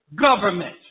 government